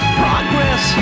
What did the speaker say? progress